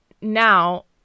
now